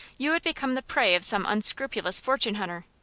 you would become the prey of some unscrupulous fortune hunter.